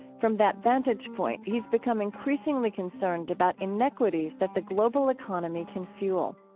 from that vantage point, he's become increasingly concerned about inequities that the global economy can fuel.